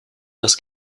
das